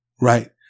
Right